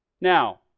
Now